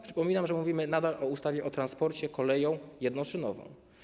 Przypominam, że mówimy nadal o ustawie o transporcie koleją jednoszynową.